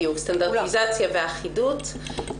בדיוק, סטנדרטיזציה ואחידות.